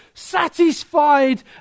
satisfied